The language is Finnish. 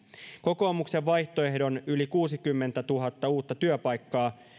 kokoomuksen vaihtoehdon yli kuusikymmentätuhatta uutta työpaikkaa